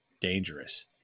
dangerous